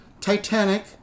Titanic